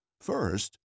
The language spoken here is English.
First